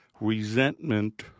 resentment